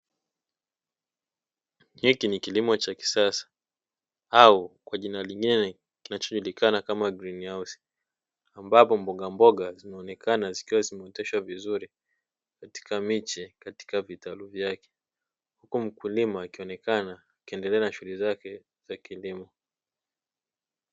Hiki ni kilimo cha kisasa au kwa jina lingine kinachojulikana kama "green house" ambapo mbogamboga zinaonekana zikiwa zimeoteshwa vizuri katika miche na katika vitalu vyake, huku mkulima akionekana akiendelea na shughuli zake za kilimo.